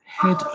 Head